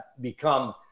become